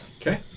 Okay